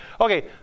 okay